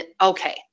okay